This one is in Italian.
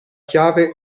chiave